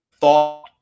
thought